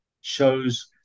shows